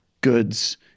goods